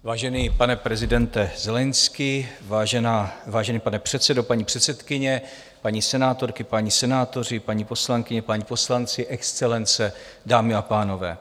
Vážený pane prezidente Zelenskyj, vážený pane předsedo, paní předsedkyně, paní senátorky, páni senátoři, paní poslankyně, páni poslanci, Excelence, dámy a pánové.